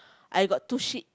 I got two sheep